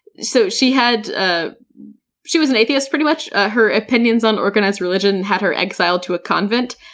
so she had ah she was an atheist, pretty much. ah her opinions on organized religion had her exiled to a convent,